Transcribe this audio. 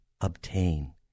obtain